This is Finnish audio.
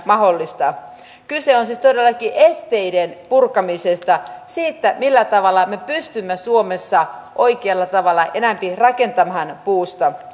mahdollista kyse on siis todellakin esteiden purkamisesta siitä millä tavalla me pystymme suomessa oikealla tavalla enempi rakentamaan puusta